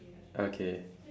okay